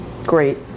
Great